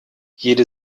jede